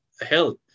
health